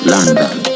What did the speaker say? London